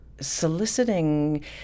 soliciting